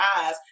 eyes